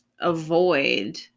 avoid